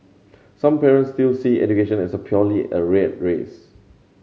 some parents still see education as a purely a rat race